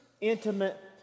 intimate